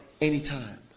anytime